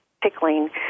pickling